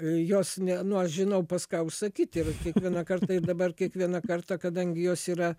jos ne nu aš žinau pas ką užsakyti ir kiekvieną kartą ir dabar kiekvieną kartą kadangi jos yra